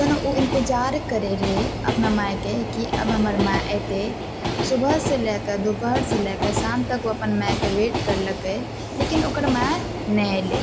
तहन ओ इन्तजार करै रहै अपना माइके कि अब हमर माइ अयतै सुबह से लएके दुपहर से लएके शाम तक ओ अपन माइके वेट करलकै लेकिन ओकर माइ नहि अयलै